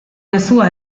mezua